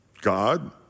God